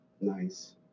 Nice